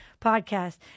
podcast